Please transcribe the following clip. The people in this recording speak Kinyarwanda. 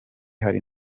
hari